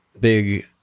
big